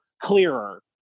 clearer